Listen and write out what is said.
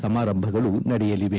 ಸಮಾರಂಭಗಳು ನಡೆಯಲಿದೆ